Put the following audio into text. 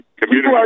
community